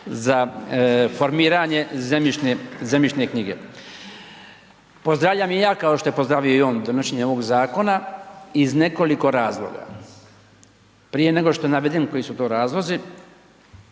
za formiranje zemljišne, zemljišne knjige. Pozdravljam i ja, kao što je pozdravio i on donošenje ovog zakona iz nekoliko razloga. Prije nego što navedem koji su to razlozi